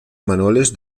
manuales